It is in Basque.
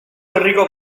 herriko